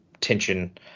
tension